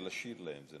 לשיר, לשיר להם.